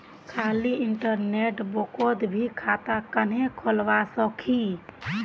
खाली इन्टरनेट बैंकोत मी खाता कन्हे खोलवा सकोही?